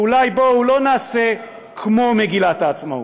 אולי בואו לא נעשה כמו מגילת העצמאות,